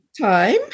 time